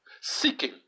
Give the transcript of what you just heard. seeking